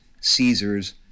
Caesar's